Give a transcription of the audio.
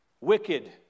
wicked